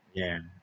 ya